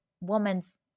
woman's